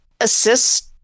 assist